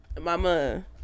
Mama